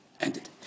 Ended